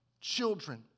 children